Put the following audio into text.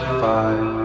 five